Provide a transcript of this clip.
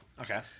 Okay